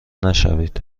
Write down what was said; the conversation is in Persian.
نشوید